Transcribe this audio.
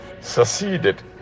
succeeded